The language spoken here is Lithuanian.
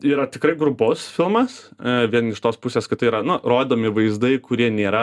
yra tikrai grubus filmas vien iš tos pusės kad tai yra nu rodomi vaizdai kurie nėra